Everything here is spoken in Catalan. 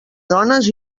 dones